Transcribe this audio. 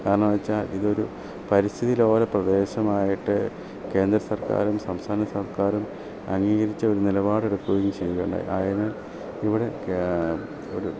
കാരണെന്നെച്ചാൽ ഇതൊരു പരിസ്ഥിതി ലോല പ്രദേശമായിട്ട് കേന്ദ്ര സർക്കാരും സംസ്ഥാന സർക്കാരും അംഗീകരിച്ച ഒരു നിലപാട് എടുക്കുകയും ചെയ്യുക ഉണ്ടായി ആയതിനാൽ ഇവിടെ ഒരു